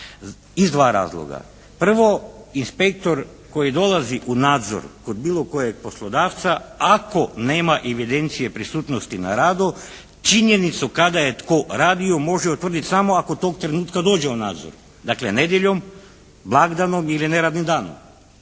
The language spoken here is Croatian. Iz dva razloga. Prvo, inspektor koji dolazi u nadzor kod bilo kojeg poslodavca ako nema evidencije prisutnosti na radu činjenicu kada je tko radio može utvrditi samo ako tog trenutka dođe u nadzor, dakle nedjeljom, blagdanom ili neradnim danom.